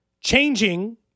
Changing